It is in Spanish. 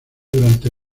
durante